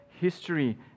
history